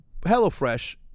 HelloFresh